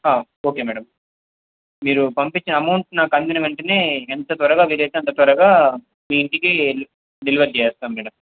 okay madam మీరు పంపించిన amount నాకు అందిన వెంటనే ఎంత త్వరగా వీలైతే అంత త్వరగా మీ ఇంటికి డెలివరీ చేస్తాం మ్యాడమ్